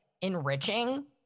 enriching